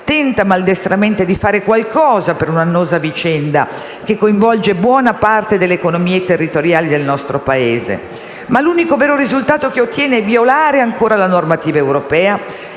tenta maldestramente di fare qualcosa per un'annosa vicenda che coinvolge buona parte delle economie territoriali del nostro Paese, ma l'unico vero risultato che ottiene è violare ancora la normativa europea,